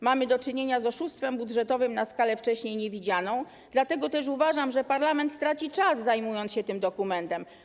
Mamy do czynienia z oszustwem budżetowym na skalę wcześniej niewidzianą, dlatego też uważam, że parlament traci czas, zajmując się tym dokumentem.